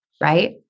right